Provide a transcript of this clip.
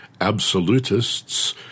absolutists